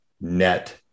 net